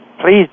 Please